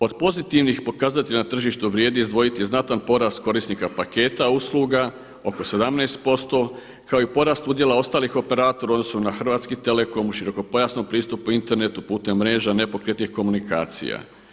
Od pozitivnih pokazatelja na tržištu vrijedi izdvojiti znatan porast korisnika paketa usluga oko 17%, kao i porast udjela ostalih operatora u odnosu na Hrvatski telekom u širokopojasnom pristupu internetu putem mreža nepokretnih komunikacija.